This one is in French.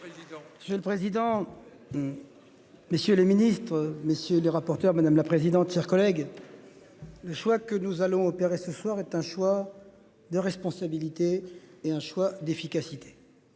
je. Je le président. Messieurs le ministres messieurs les rapporteurs. Madame la présidente, chers collègues. Le choix que nous allons opérer ce soir est un choix de responsabilité et un choix d'efficacité.